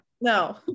no